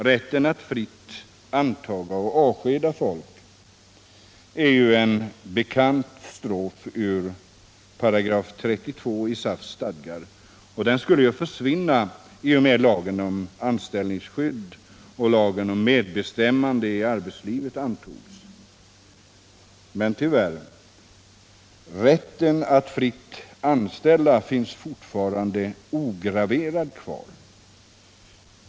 Rätten att fritt anta och avskeda folk är en bekant strof ur § 32 i SAF:s stadgar, och den skulle ju försvinna i och med att lagen om anställningsskydd och lagen om medbestämmande i arbetslivet antogs. Men rätten att fritt anställa finns tyvärr fortfarande ograverad kvar.